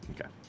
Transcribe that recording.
Okay